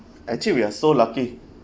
actually we are so lucky